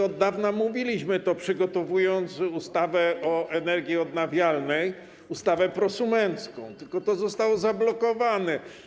Od dawna mówiliśmy o tym, przygotowując ustawę o energii odnawialnej, ustawę prosumencką, tylko to zostało zablokowane.